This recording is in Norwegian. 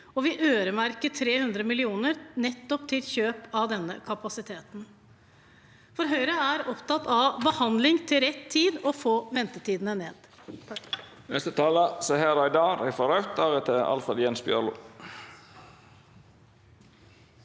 vi øremerker 300 mill. kr nettopp til kjøp av denne kapasiteten, for Høyre er opptatt av behandling til rett tid og å få ventetidene ned.